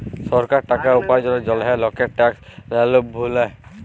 সরকার টাকা উপার্জলের জন্হে লকের ট্যাক্স রেভেন্যু লেয়